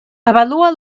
avalua